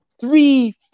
three